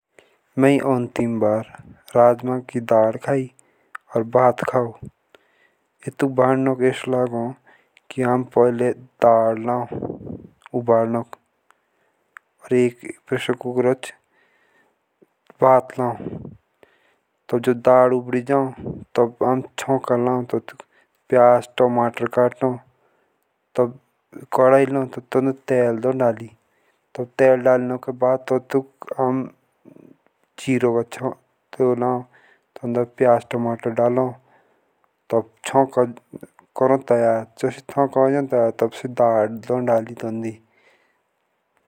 मैं अन्तिम बार राजमा की दाल खाई और भात खाओ अटुक बदनोके ईसो लागो। आम पोहेला दाल ल्याओ उबलनोके और एक प्रेशर कुकर ह भात ल्याओ तब जब दाल उबली जाओ। तब हम छोका ल्याओ प्याज टमाटर तब तेल डालो जीरो डालो तब प्याज टमाटर डालो। जब छोका हुए जाओ तैयार तब आम दाल डालो।